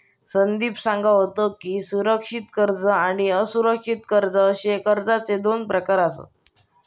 संदीप सांगा होतो की, सुरक्षित कर्ज आणि असुरक्षित कर्ज अशे कर्जाचे दोन प्रकार आसत